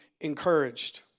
Encouraged